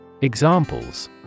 Examples